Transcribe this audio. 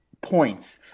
points